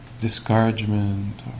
discouragement